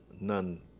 none